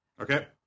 Okay